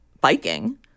biking